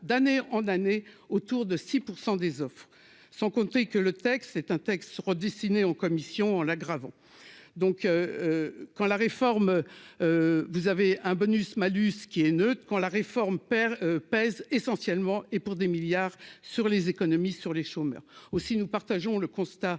d'année en année autour de 6 % des offres sans compter que le texte, c'est un texte redessiné en commission en l'aggravant donc quand la réforme, vous avez un bonus malus qui est neutre : quand la réforme perd pèse essentiellement et pour des milliards sur les économies sur les chômeurs aussi, nous partageons le constat